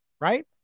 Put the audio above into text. right